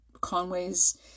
Conway's